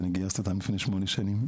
אני גייסתי אותן לפני שמונה שנים.